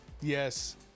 Yes